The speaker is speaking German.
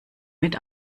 mit